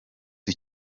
com